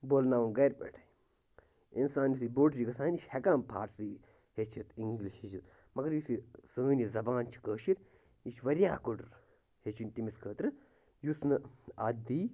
بولناوُن گَرِ پٮ۪ٹھَے اِنسان یُتھُے بوٚڈ چھُ گژھان یہِ چھِ ہٮ۪کان فارسی ہیٚچھِتھ اِنٛگلِش ہیٚچھِتھ مگر یُس یہِ سٲنۍ یہِ زبان چھِ کٲشِر یہِ چھِ واریاہ کُڈٕر ہیٚچھِنۍ تٔمِس خٲطرٕ یُس نہٕ اَتھ دِی